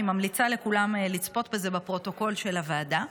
אני ממליצה לכולם לצפות בזה, בפרוטוקול של הוועדה.